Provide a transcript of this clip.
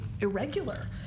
irregular